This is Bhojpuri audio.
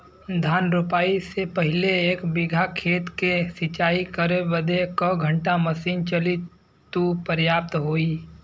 धान रोपाई से पहिले एक बिघा खेत के सिंचाई करे बदे क घंटा मशीन चली तू पर्याप्त होई?